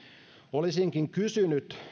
olisinkin kysynyt